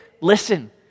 Listen